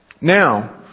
Now